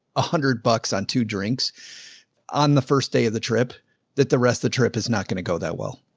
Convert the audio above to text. a hundred bucks on two drinks on the first day of the trip that the rest of the trip is not going to go that well.